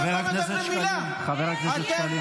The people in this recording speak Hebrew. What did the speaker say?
חבר הכנסת שקלים, חבר הכנסת שקלים.